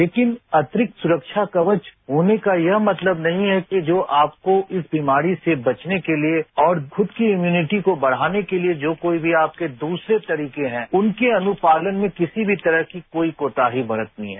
लेकिन अतिरिक्त सुरक्षा कवच होने का यह मतलब नहीं है कि जो आपको इस बीमारी से बचने के लिए और खुद की इम्युनिटी को बढ़ाने के लिए जो कोई भी आपके दूसरे तरीके है उनके अनुपालन में किसी भी तरह की कोई कोताही बरतनी है